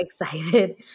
excited